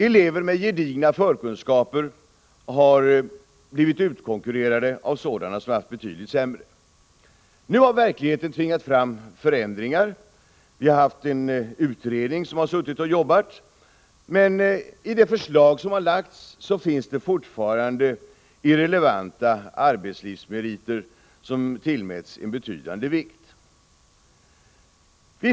Elever med gedigna förkunskaper har blivit utkonkurrerade av dem som haft betydligt sämre sådana. Verkligheten har nu tvingat fram förändringar. En utredning har arbetat med de här frågorna, men i det förslag som har presenterats tillmäts fortfarande irrelevanta arbetslivsmeriter en betydande vikt.